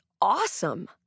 awesome